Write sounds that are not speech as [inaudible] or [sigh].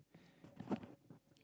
[noise]